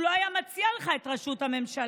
הוא לא היה מציע לך את רשות הממשלה,